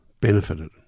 benefited